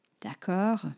D'accord